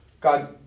God